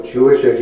Jewish